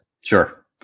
Sure